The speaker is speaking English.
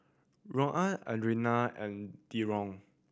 Louann Adrianne and Deron